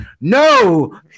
no